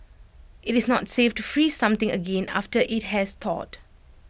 IT is not safe to freeze something again after IT has thawed